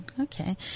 Okay